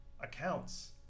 accounts